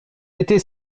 était